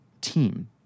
team